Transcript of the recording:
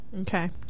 Okay